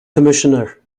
commissioner